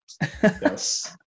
Yes